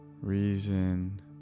reason